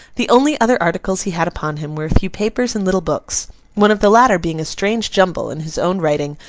the only other articles he had upon him were a few papers and little books one of the latter being a strange jumble, in his own writing,